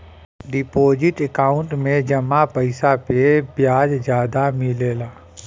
deposit account में जमा पइसा पे ब्याज जादा मिलला